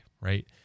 right